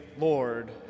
Lord